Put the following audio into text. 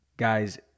Guys